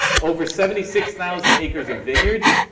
over seventy six thousand acres of vineyards,